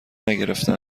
نگرفته